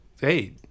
hey